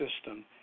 system